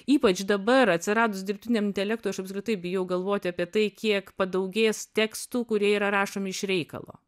ypač dabar atsiradus dirbtiniam intelektui aš apskritai bijau galvoti apie tai kiek padaugės tekstų kurie yra rašomi iš reikalo